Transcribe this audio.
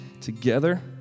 together